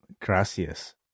gracias